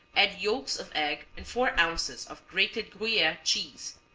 add yolks of eggs and four ounces of grated gruyere cheese.